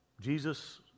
Jesus